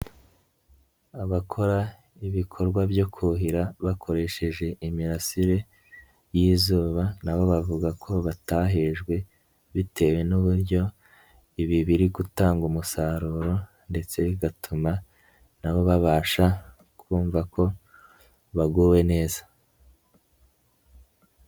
Abakora ibikorwa byo kuhira bakoresheje imirasire y'izuba n'abo bavuga ko batahejwe, bitewe n'uburyo ibi biri gutanga umusaruro ndetse bigatuma nabo babasha kumva ko baguwe neza.